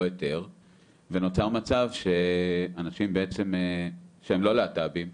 היתר ונוצר מצב שאנשים שהם לא להט"בים,